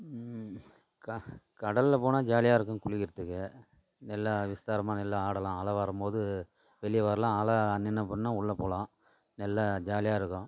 க கடலில் போனால் ஜாலியாக இருக்கும் குளிக்கிறதுக்கு நல்லா விஸ்தாரமாக நல்லா ஆடலாம் அலை வரும்போது வெளியே வரலாம் அலை நின்று போனோடன உள்ள போகலாம் நல்ல ஜாலியாக இருக்கும்